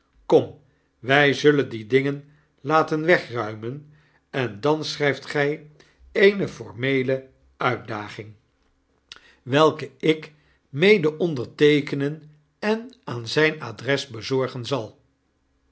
kom wy zullen die dingen laten wegruimen en dan schryft gy eeneformeele uitdaging juffrouw lirriper en hare commensalen welke ik mede onderteekenen en aan zgn adres bezorgen zal